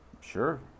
sure